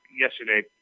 yesterday